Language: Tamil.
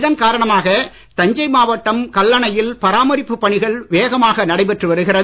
இதன் காரணமாக தஞ்சை மாவட்டம் கல்லணையில் பராமரிப்பு பணிகள் வேகமாக நடைபெற்று வருகிறது